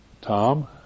Tom